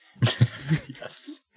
Yes